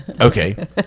Okay